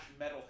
metalhead